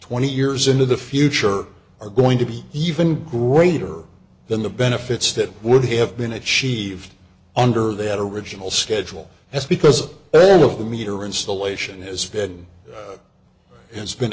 twenty years into the future are going to be even greater than the benefits that would have been achieved under that original schedule that's because early on of the meter installation has been has been